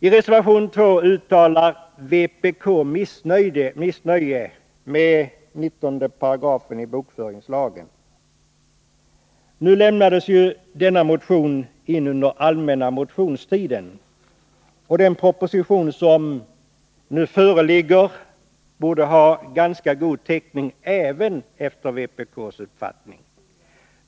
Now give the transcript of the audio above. I reservation 2 uttalar vpk missnöje med 19 § bokföringslagen. Denna motion lämnades in under allmänna motionstiden, men den proposition som nu föreligger borde ganska väl täcka även vpk:s uppfattning.